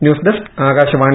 news desk Akashvani